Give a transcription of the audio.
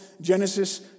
Genesis